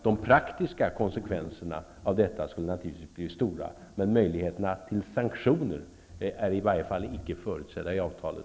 De praktiska konsekvenserna av detta blir naturligtvis stora, men möjligheter till sanktioner är i varje fall icke förutsedda i avtalet.